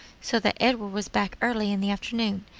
so that edward was back early in the afternoon,